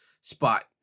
spot